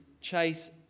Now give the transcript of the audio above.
chase